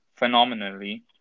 Phenomenally